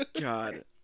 God